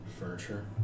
furniture